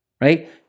right